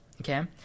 Okay